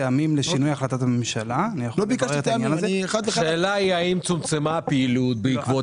האם צומצמה פעילות בעקבות